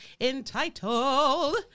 entitled